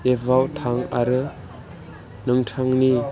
एपआव थां आरो नोंथांनि